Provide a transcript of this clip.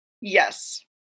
Yes